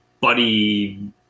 buddy